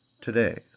today